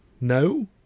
no